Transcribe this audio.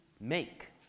make